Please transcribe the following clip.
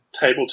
table